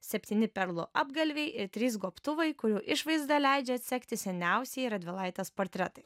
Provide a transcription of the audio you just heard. septyni perlų apgalviai ir trys gobtuvai kurių išvaizda leidžia atsekti seniausieji radvilaitės portretai